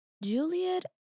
Juliet